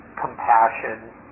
compassion